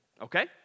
okay